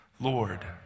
Lord